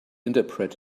interpret